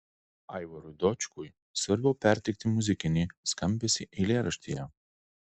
aivarui dočkui svarbiau perteikti muzikinį skambesį eilėraštyje